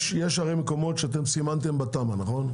הרי יש מקומות שאתם סימנתם בתמ"א, נכון?